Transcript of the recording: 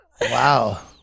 Wow